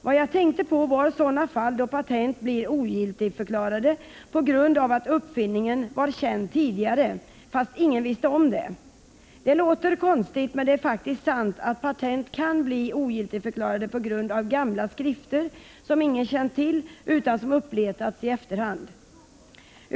Vad jag tänkte på var sådana fall då patent blir ogiltigförklarade på grund av att uppfinningen var känd tidigare, fast ingen visste om det. Det låter konstigt, men det är faktiskt sant att patent kan bli ogiltigförklarade på grund av gamla skrifter som ingen känt till utan som uppletats i efterhand.